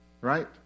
right